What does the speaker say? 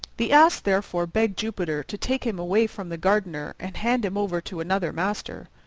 the ass therefore begged jupiter to take him away from the gardener and hand him over to another master.